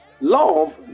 love